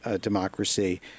democracy